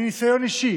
מניסיון אישי,